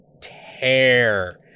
tear